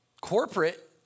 Corporate